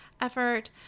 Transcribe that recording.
effort